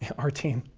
our team,